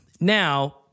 Now